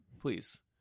Please